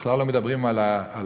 בכלל לא מדברים על,